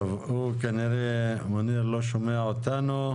טוב, הוא כנראה, מוניר לא שומע אותנו.